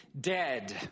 dead